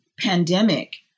pandemic